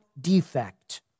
defect